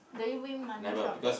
do you win money from that